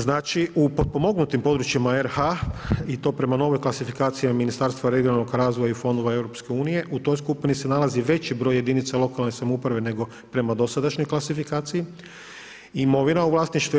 Znači, u potpomognutim područjima RH i to prema novoj klasifikaciji Ministarstva regionalnog razvoja i fondova Europske unije, u toj skupini se nalazi veći broj jedinica lokalne samouprave nego prema dosadašnjoj kvalifikaciji, imovina